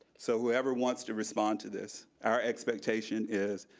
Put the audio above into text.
so whoever wants to respond to this. our expectation is,